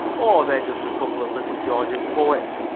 oh, they're just a couple of little georgian poets.